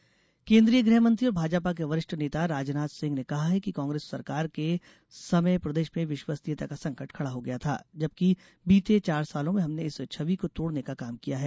राजनाथ सिंह केन्द्रीय गृह मंत्री और भाजपा के वरिष्ठ नेता राजनाथ सिंह ने कहा है कि कांग्रेस सरकार के समय प्रदेश में विश्वसनीयता का संकट खड़ा हो गया था जबकि बीते चार सालों में हमने इस छवि को तोड़ने का काम किया है